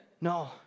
No